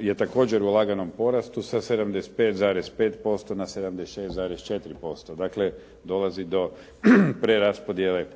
je također u laganom porastu sa 75,5% na 76,4%, dakle dolazi do preraspodjele